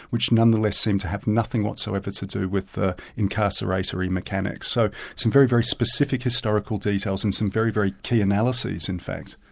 which nonetheless seemed to have nothing whatsoever to do with ah incarceratory mechanics. so some very, very specific historical details and some very, very clear analyses in fact.